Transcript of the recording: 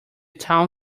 town